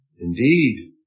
indeed